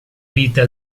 vita